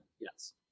Yes